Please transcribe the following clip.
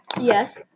Yes